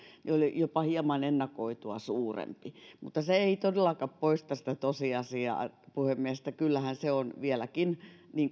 jopa hieman ennakoitua suurempi mutta se ei todellakaan poista sitä tosiasiaa puhemies että kyllähän se on vieläkin